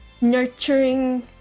nurturing